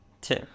two